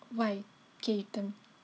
why kay you tell me